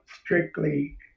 strictly